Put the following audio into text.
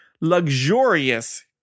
luxurious